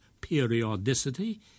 periodicity